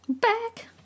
back